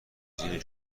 جیم